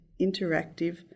interactive